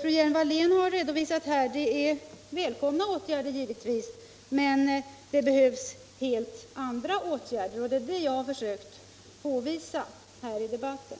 fru Hjelm Wallén här har redovisat är givetvis välkomna åtgärder, men det behövs också helt andra åtgärder, och det har jag försökt påvisa här i debatten.